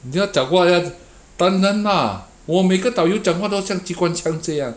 你要讲话要当然 lah 我每个导游讲话都像机关枪这样